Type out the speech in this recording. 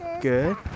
good